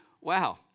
Wow